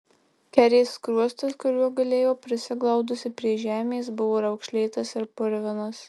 kerės skruostas kuriuo gulėjo prisiglaudusi prie žemės buvo raukšlėtas ir purvinas